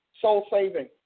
soul-saving